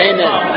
Amen